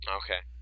okay